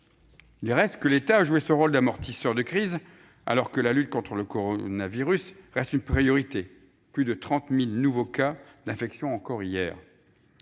Il reste que l'État a joué son rôle d'amortisseur en temps de crise, alors que la lutte contre le coronavirus reste une priorité- plus de 30 000 nouveaux cas d'infection ont encore